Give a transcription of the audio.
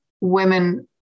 women